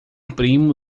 primo